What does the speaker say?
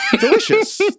Delicious